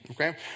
okay